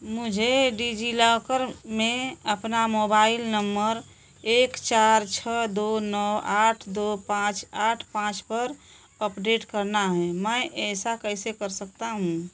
मुझे डिज़िलॉकर में अपना मोबाइल नम्बर एक चार छह दो नौ आठ दो पाँच आठ पाँच पर अपडेट करना है मैं ऐसा कैसे कर सकता हूँ